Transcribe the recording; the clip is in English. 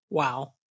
Wow